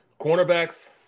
Cornerbacks